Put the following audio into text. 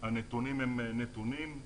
הנתונים הם נתונים.